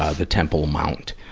ah the temple mount,